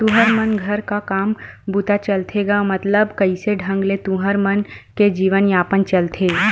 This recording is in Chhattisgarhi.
तुँहर मन घर का काम बूता चलथे गा मतलब कइसे ढंग ले तुँहर मन के जीवन यापन चलथे?